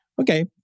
okay